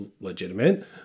legitimate